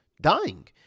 dying